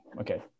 okay